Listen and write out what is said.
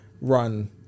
run